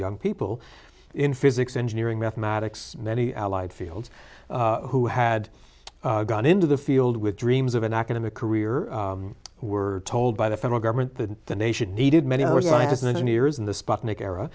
young people in physics engineering mathematics many allied fields who had gone into the field with dreams of an academic career were told by the federal government that the nation needed many